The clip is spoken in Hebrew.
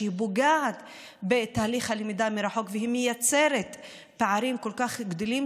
שפוגעת בתהליך הלמידה מרחוק ומייצרת פערים כל כך גדולים,